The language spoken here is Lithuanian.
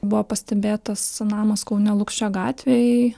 buvo pastebėtas namas kaune lukšio gatvėj